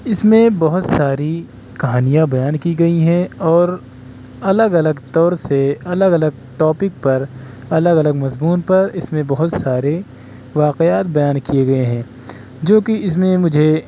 اس میں بہت ساری کہانیاں بیان کی گئی ہیں اور الگ الگ طور سے الگ الگ ٹاپک پر الگ الگ مضمون پر اس میں بہت سارے واقعات بیان کیے گئے ہیں جوکہ اس میں مجھے